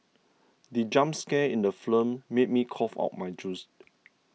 the jump scare in the film made me cough out my juice